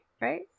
Right